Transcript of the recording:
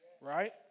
right